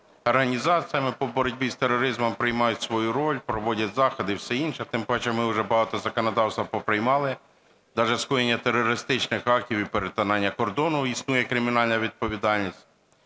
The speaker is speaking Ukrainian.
організаціями по боротьбі з тероризмом приймають свою роль, проводять заходи і все інше. Тим паче ми уже багато законодавства поприймали, даже скоєння терористичних актів і перетинання кордону, існує кримінальна відповідальність.